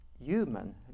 human